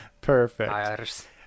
Perfect